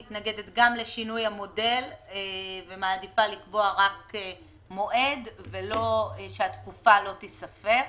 מתנגדת גם לשינוי המודל ומעדיפה לקבוע רק מועד ולא שהתקופה לא תיספר.